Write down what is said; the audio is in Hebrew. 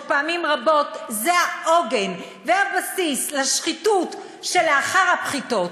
שפעמים רבות זה העוגן והבסיס לשחיתות שלאחר הבחירות,